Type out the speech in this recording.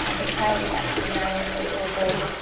um his tail was actually nailed to the floorboards.